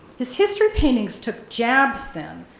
his history paintings took jabs, then,